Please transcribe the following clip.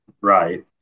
right